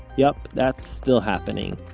yup, that's still happening,